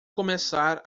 começar